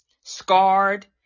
scarred